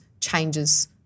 changes